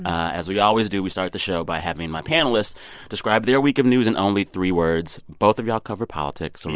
as we always do, we start the show by having my panelists describe their week of news in only three words. both of y'all cover politics,